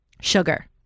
Sugar